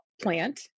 plant